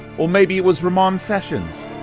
or maybe it was ramon sessions.